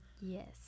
Yes